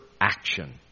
action